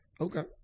Okay